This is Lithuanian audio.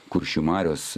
kuršių marios